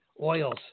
oils